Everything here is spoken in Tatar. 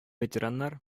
ветераннар